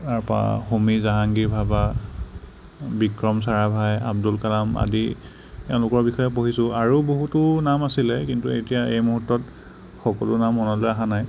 তাপা হোমী জাহাংগীৰ ভাৱা বিক্ৰম ছাৰাভাই আব্দুল কালাম আদি তেওঁলোকৰ বিষয়ে পঢ়িছোঁ আৰু বহুতো নাম আছিলে কিন্তু এতিয়া এই মুৰ্হূতত সকলো নাম মনলৈ অহা নাই